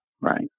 right